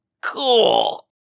Cool